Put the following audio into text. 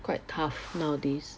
quite tough nowadays